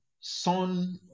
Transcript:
son